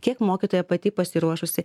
kiek mokytoja pati pasiruošusi